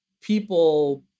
people